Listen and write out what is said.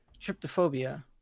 Tryptophobia